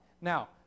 Now